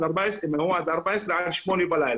ואם הוא עד גיל 14 עד 8 בערב,